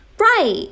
Right